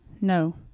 No